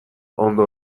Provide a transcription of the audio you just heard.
ondo